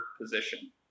position